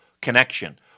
connection